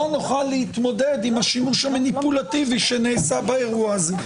לא נוכל להתמודד עם השימוש המניפולטיבי שנעשה באירוע הזה.